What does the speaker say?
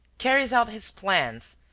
carries out his plans,